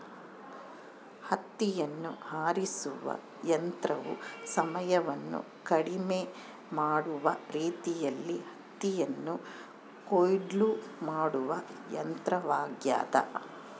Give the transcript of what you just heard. ಹತ್ತಿ ಆರಿಸುವ ಯಂತ್ರವು ಸಮಯವನ್ನು ಕಡಿಮೆ ಮಾಡುವ ರೀತಿಯಲ್ಲಿ ಹತ್ತಿಯನ್ನು ಕೊಯ್ಲು ಮಾಡುವ ಯಂತ್ರವಾಗ್ಯದ